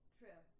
true